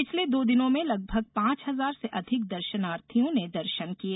पिछले दो दिनो में लगभग पांच हजार से अधिक दर्शनार्थियो ने दर्शन किए